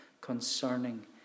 concerning